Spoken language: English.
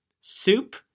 soup